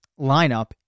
lineup